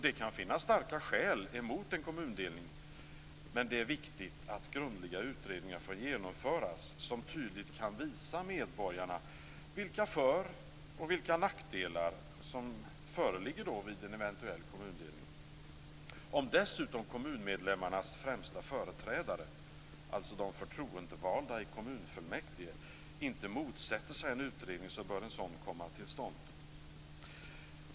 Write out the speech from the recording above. Det kan finnas starka skäl emot en kommundelning, men det är viktigt att grundliga utredningar får genomföras som tydligt kan visa medborgarna vilka för och nackdelar som föreligger vid en eventuell kommundelning. Om dessutom kommunmedlemmarnas främsta företrädare, de förtroendevalda i kommunfullmäktige, inte motsätter sig en utredning bör en sådan komma till stånd.